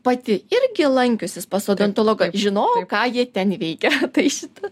pati irgi lankiusis pas odontologą žinojau ką jie ten veikia tai šita